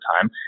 time